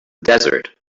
desert